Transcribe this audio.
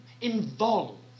involved